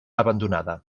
abandonada